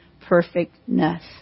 perfectness